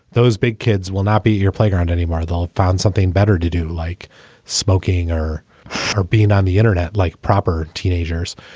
those big kids will not be your playground anymore. they'll find something better to do, like smoking or or being on the internet, like proper teenagers.